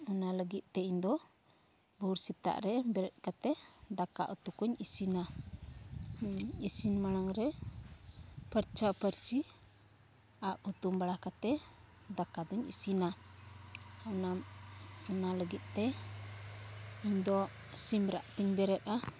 ᱚᱱᱟ ᱞᱟᱹᱜᱤᱫᱼᱛᱮ ᱤᱧᱫᱚ ᱵᱷᱳᱨ ᱥᱮᱛᱟᱜ ᱨᱮ ᱵᱮᱨᱮᱫ ᱠᱟᱛᱮᱫ ᱫᱟᱠᱟ ᱩᱛᱩᱠᱚᱧ ᱤᱥᱤᱱᱟ ᱤᱥᱤᱱ ᱢᱟᱲᱟᱝ ᱨᱮ ᱯᱷᱟᱨᱪᱟᱼᱯᱷᱟᱹᱨᱪᱤ ᱟᱯ ᱦᱩᱛᱩᱢ ᱵᱟᱲᱟ ᱠᱟᱛᱮᱫ ᱫᱟᱠᱟᱫᱩᱧ ᱤᱥᱤᱱᱟ ᱟᱨ ᱚᱱᱟ ᱚᱱᱟ ᱞᱟᱹᱜᱤᱫᱼᱛᱮ ᱤᱧᱫᱚ ᱥᱤᱢᱨᱟᱜ ᱛᱤᱧ ᱵᱮᱨᱮᱫᱼᱟ